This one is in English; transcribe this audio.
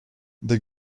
the